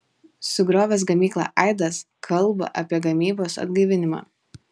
sugriovęs gamyklą aidas kalba apie gamybos atgaivinimą